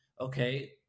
okay